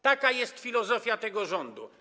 Taka jest filozofia tego rządu.